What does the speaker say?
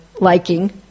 liking